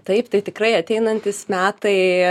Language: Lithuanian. taip tai tikrai ateinantys metai